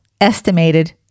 estimated